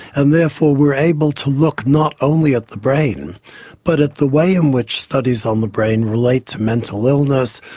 and therefore we are able to look not only at the brain but at the way in which studies on the brain relate to mental illness,